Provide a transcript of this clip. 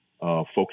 focus